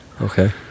Okay